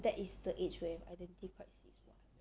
that is the age where identity crisis [what]